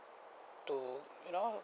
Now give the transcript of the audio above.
to you know